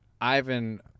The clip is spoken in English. Ivan